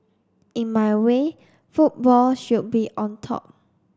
in my way football should be on top